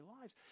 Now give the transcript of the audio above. lives